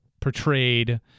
portrayed